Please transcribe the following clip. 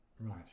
Right